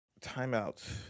Timeout